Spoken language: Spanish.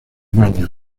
baños